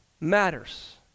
matters